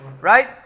right